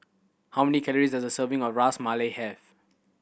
how many calories does a serving of Ras Malai have